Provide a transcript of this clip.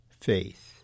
faith